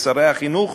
ושרי החינוך,